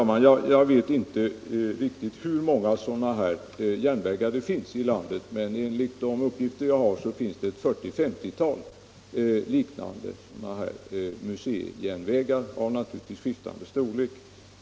Herr talman! Jag vet inte riktigt hur många sådana här museijärnvägar det finns i landet, men enligt de uppgifter jag har finns det ett 40-50-tal liknande, naturligtvis av skiftande storlek.